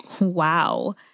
Wow